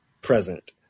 present